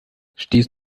stehst